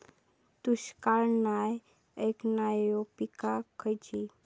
दुष्काळाक नाय ऐकणार्यो पीका खयली?